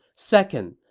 second,